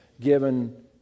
given